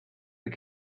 but